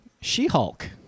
She-Hulk